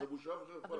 זאת בושה וחרפה.